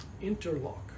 interlock